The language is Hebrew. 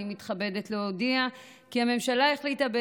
אני מתכבדת להודיע כי הממשלה החליטה,